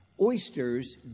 Oysters